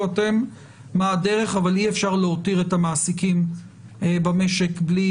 מה הדרך אבל לאי אפשר להותיר את המעסיקים במשק בלי